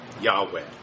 Yahweh